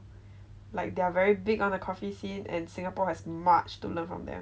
like they're very big on the coffee scene and singapore has much to learn from them